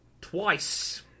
Twice